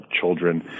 children